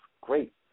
great